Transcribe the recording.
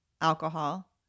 alcohol